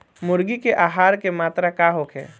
मुर्गी के आहार के मात्रा का होखे?